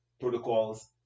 protocols